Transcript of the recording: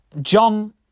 John